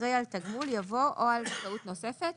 אחרי "על תגמול" יבוא "או על זכאות נוספת".